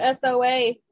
SOA